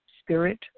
Spirit